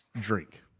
drink